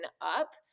up